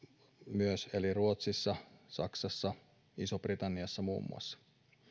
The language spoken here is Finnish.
eli ruotsissa saksassa ja isossa britanniassa muun muassa